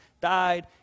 died